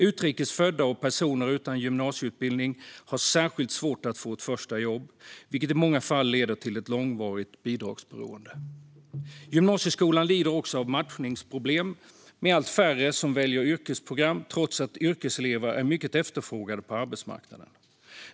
Utrikes födda och personer utan gymnasieutbildning har särskilt svårt att få ett första jobb, vilket i många fall leder till ett långvarigt bidragsberoende. Gymnasieskolan lider också av matchningsproblem, med allt färre som väljer yrkesprogram, trots att yrkeselever är mycket efterfrågade på arbetsmarknaden.